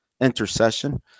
intercession